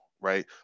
right